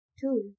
two